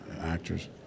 Actors